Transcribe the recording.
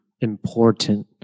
important